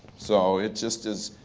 so it's just is,